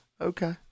Okay